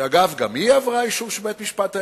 שאגב, גם היא עברה אישור של בית-המשפט העליון,